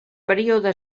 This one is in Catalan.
període